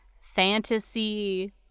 fantasy